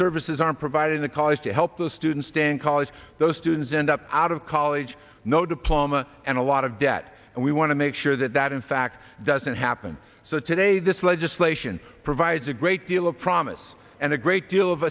services aren't providing the college to help those students stand college those students end up out of college no diploma a lot of debt and we want to make sure that that in fact doesn't happen so today this legislation provides a great deal of promise and a great deal of